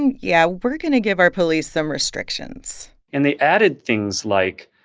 and yeah, we're going to give our police some restrictions and they added things like,